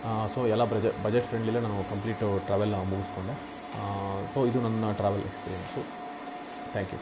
so ಎಲ್ಲ ಬಜೆ budget ಫ್ರೆಂಡ್ಲಿಲ್ಲೆ ನಾನು ಕಂಪ್ಲೀಟು ಟ್ರಾವೆಲ್ನ ಮುಗಿಸ್ಕೊಂಡೆ ಸೊ ಇದು ನನ್ನ ಟ್ರಾವೆಲ್ ಎಕ್ಸ್ಪಿರಿಯೆನ್ಸು ತ್ಯಾಂಕ್ ಯೂ